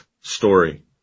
story